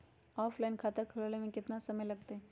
Offline खाता खुलबाबे में केतना समय लगतई?